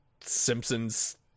Simpsons